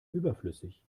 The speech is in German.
überflüssig